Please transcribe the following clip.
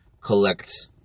collect